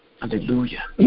hallelujah